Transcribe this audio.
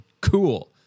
Cool